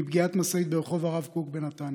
מפגיעת משאית ברחוב הרב קוק בנתניה,